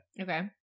Okay